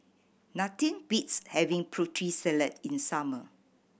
nothing beats having Putri Salad in summer